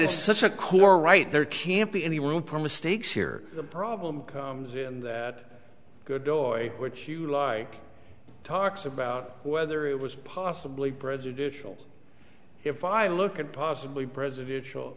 is such a core right there can't be any room for mistakes here the problem comes in that good door which you like talks about whether it was possibly prejudicial if i look at possibly pre